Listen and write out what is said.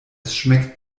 schmeckt